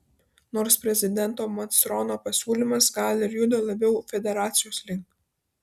nors prezidento macrono pasiūlymas gal ir juda labiau federacijos link